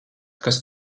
kas